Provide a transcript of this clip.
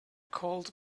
called